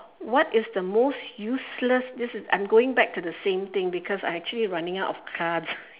what is the most useless this is I'm going back to the same thing because I'm actually running out of cards